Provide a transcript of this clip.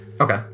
Okay